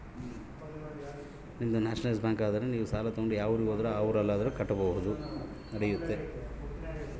ನಾವು ಸಾಲ ತಗೊಂಡು ಊರಿಂದ ಇನ್ನೊಂದು ಕಡೆ ಟ್ರಾನ್ಸ್ಫರ್ ಆದರೆ ಸಾಲ ಕಂತು ಅದೇ ಊರಿನಾಗ ಕಟ್ಟಿದ್ರ ನಡಿತೈತಿ?